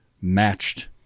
matched